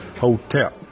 hotel